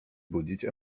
budzić